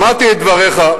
שמעתי את דבריך,